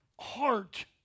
heart